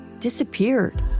disappeared